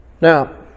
Now